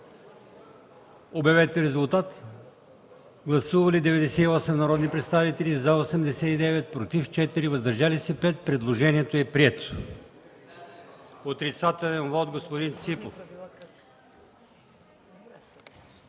Моля, гласувайте. Гласували 98 народни представители: за 89, против 4, въздържали се 5. Предложението е прието. Отрицателен вот – господин Ципов.